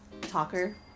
talker